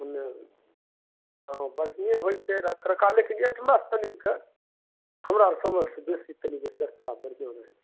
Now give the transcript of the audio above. मने हँ बढियें होइ छै रख रखाब लेकिन एटलस तनिके हमरा समझ सऽ बेसी तनि बिसेसता बढिऑं रहै छै